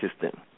system